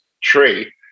tree